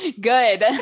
Good